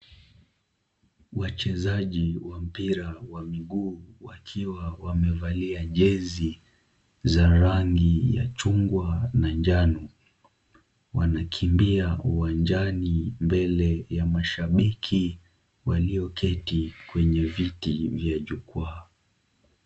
Wachezaji wa mpira wa miguu wakiwa wamevalia jezi za rangi ya chungwa na njano, wanakimbia uwanjani mbele ya mashabiki walioketi kwenye viti vya jukwaa.